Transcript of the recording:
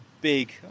big